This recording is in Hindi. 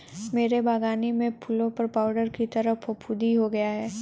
मेरे बगानी में फूलों पर पाउडर की तरह फुफुदी हो गया हैं